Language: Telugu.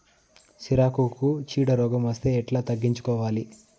సిరాకుకు చీడ రోగం వస్తే ఎట్లా తగ్గించుకోవాలి?